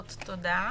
תודה.